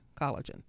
collagen